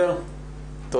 אני